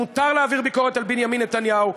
מותר להעביר ביקורת על בנימין נתניהו,